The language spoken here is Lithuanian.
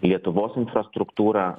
lietuvos infrastruktūra